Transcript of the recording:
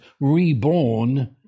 reborn